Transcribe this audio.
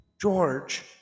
George